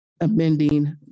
Amending